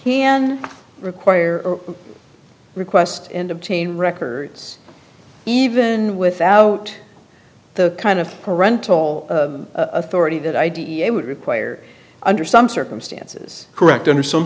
hand require request and obtain records even without the kind of parental authority that id it would require under some circumstances correct under some